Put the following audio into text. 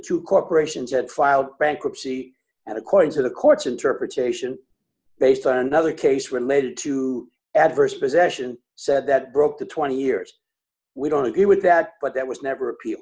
two corporations had filed bankruptcy and according to the court's interpretation based on another case related to adverse possession said that broke the twenty years we don't agree with that but that was never appealed